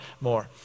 more